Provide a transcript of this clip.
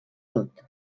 tot